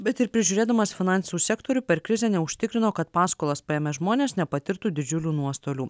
bet ir prižiūrėdamas finansų sektorių per krizę neužtikrino kad paskolas paėmę žmonės nepatirtų didžiulių nuostolių